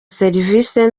serivisi